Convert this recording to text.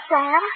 Sam